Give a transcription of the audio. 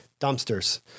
dumpsters